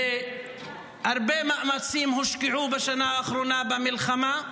והרבה מאמצים הושקעו בשנה האחרונה במלחמה.